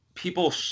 people